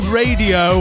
radio